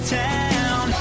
town